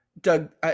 Doug